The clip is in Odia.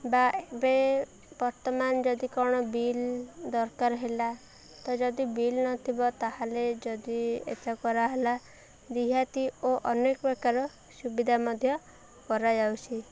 ବା ଏବେ ବର୍ତ୍ତମାନ ଯଦି କ'ଣ ବିଲ୍ ଦରକାର ହେଲା ତ ଯଦି ବିଲ୍ ନଥିବ ତା'ହେଲେ ଯଦି ଏତ କରାହେଲା ରିହାତି ଓ ଅନେକ ପ୍ରକାର ସୁବିଧା ମଧ୍ୟ କରାଯାଉଛି